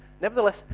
Nevertheless